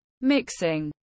Mixing